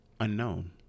Unknown